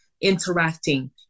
interacting